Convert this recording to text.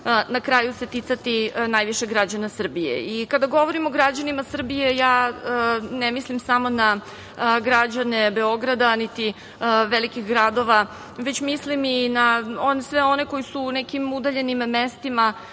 na kraju najviše ticati građana Srbije. Kada govorim o građanima Srbije, ne mislim samo na građane Beograda niti velikih gradova, već mislim i na sve one koji su u nekim udaljenim mestima